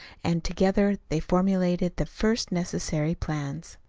and together they formulated the first necessary plans.